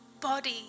body